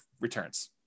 returns